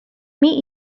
meet